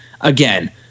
Again